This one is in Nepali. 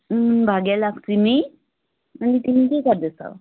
अँ भाग्यलक्ष्मी अनि तिमी के गर्दैछौ